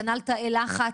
כנ"ל לגבי תאי לחץ.